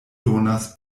donas